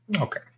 Okay